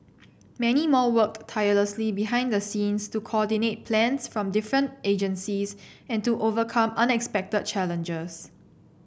many more worked tirelessly behind the scenes to coordinate plans from different agencies and to overcome unexpected challenges